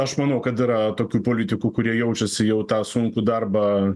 aš manau kad yra tokių politikų kurie jaučiasi jau tą sunkų darbą